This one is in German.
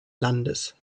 landes